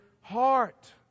heart